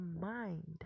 mind